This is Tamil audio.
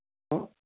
ம்